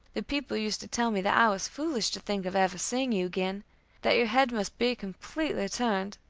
the people used to tell me that i was foolish to think of ever seeing you again that your head must be completely turned.